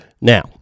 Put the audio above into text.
Now